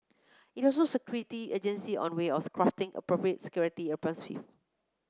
it also security agencies on ways of crafting appropriate security impressive